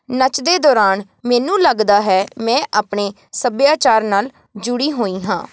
ਨੱਚਦੇ ਦੌਰਾਨ ਮੈਨੂੰ ਲੱਗਦਾ ਹੈ ਮੈਂ ਆਪਣੇ ਸੱਭਿਆਚਾਰ ਨਾਲ ਜੁੜੀ ਹੋਈ ਹਾਂ